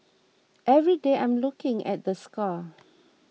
every day I'm looking at the scar